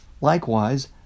Likewise